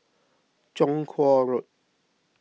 Chong Kuo Road